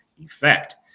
effect